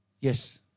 Yes